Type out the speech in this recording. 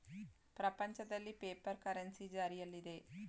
ಪ್ರಪಂಚದಲ್ಲಿ paper currency ಜಾರಿಯಲ್ಲಿದೆ